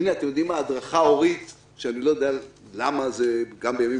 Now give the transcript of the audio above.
הנה הדרכה הורית שאני לא יודע למה גם בימים